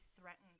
threatened